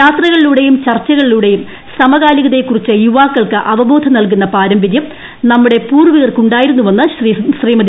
യാത്രകളിലൂടെയും ചർച്ചകളിലൂടെയും സമകാലികതയെക്കുറിച്ച് യുവാക്കൾക്ക് അവബോധം നൽകുന്ന പാരമ്പര്യം നമ്മുടെ പൂർവ്വികർക്കുണ്ടായിരുന്നുവെന്ന് ശ്രീമതി